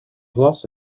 glas